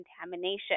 contamination